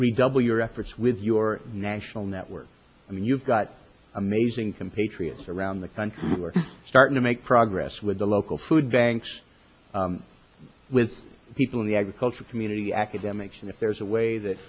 redouble your efforts with your national network i mean you've got amazing compatriots around the country who are starting to make progress with the local food banks with people in the agriculture community academics and if there's a way that